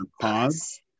pause